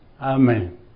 Amen